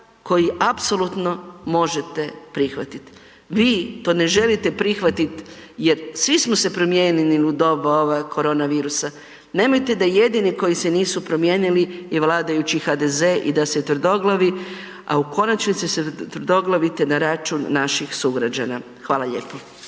koji apsolutno možete prihvatit. Vi to ne želite prihvatit jer svi smo se promijenili u doba ove koronavirusa. Nemojte da jedini koji se nisu promijenili je vladajući HDZ i da ste tvrdoglavi, a u konačnici se tvrdoglavite na račun naših sugrađana. Hvala lijepo.